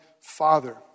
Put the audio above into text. Father